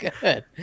good